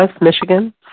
Michigan